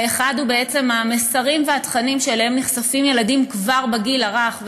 האחד הוא המסרים והתכנים שאליהם נחשפים ילדים כבר בגיל הרך.